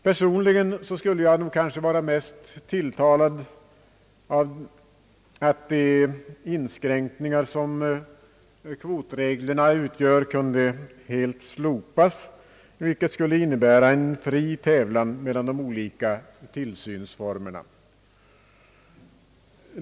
Personligen skulle jag vara mest tilltalad av att de inskränkningar som kvotreglerna utgör helt kunde slopas, vilket i sin tur skulle innebära en fri tävlan mellan de olika tillsynsformerna.